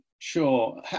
Sure